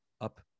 up